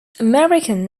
american